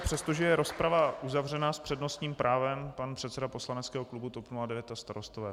Přestože je rozprava uzavřena, s přednostním právem pan předseda poslaneckého klubu TOP 09 a Starostové.